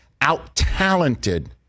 out-talented